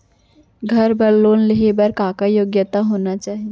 घर बर लोन लेहे बर का का योग्यता होना चाही?